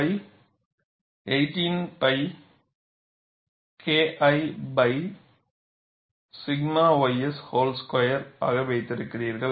இதை 1 by 18 pi KI 𝛔 ys volt square ஆக வைத்திருக்கிறீர்கள்